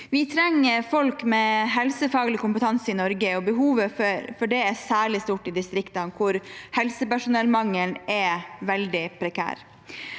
Vi trenger folk med helsefaglig kompetanse i Norge, og behovet for det er særlig stort i distriktene, hvor helsepersonellmangelen er veldig prekær.